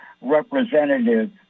representative